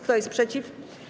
Kto jest przeciw?